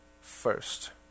first